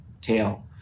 tail